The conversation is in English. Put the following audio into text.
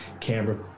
Canberra